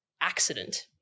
accident